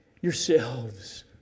yourselves